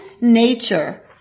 nature